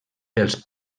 pels